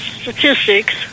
Statistics